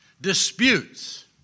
disputes